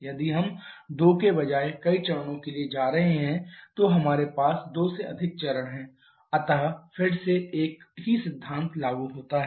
यदि हम दो के बजाय कई चरणों के लिए जा रहे हैं तो हमारे पास दो से अधिक चरण हैं अतः फिर से एक ही सिद्धांत लागू होता है